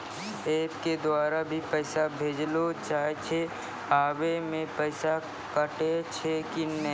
App के द्वारा भी पैसा भेजलो जाय छै आबै मे पैसा कटैय छै कि नैय?